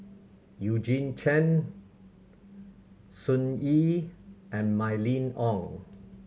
Eugene Chen Sun Yee and Mylene Ong